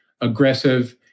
aggressive